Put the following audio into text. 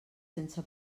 sense